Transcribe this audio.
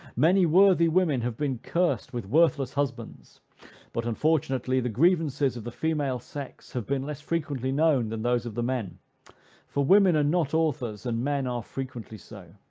many worthy women have been cursed with worthless husbands but, unfortunately, the grievances of the female sex have been less frequently known than those of the men for women are not authors, and men are frequently so